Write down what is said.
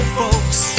folks